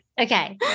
Okay